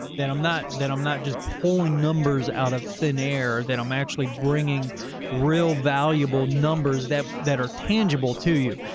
i'm not that i'm not just pulling numbers out of thin air, then i'm actually bringing real valuable numbers that, that are tangible to you.